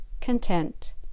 content